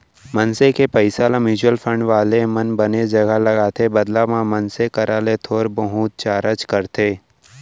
मनसे के पइसा ल म्युचुअल फंड वाले मन बने जघा लगाथे बदला म मनसे करा ले थोर बहुत चारज करथे